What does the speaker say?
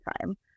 time